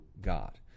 god